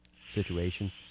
situation